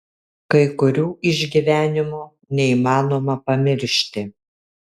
kai kurių išgyvenimų neįmanoma pamiršti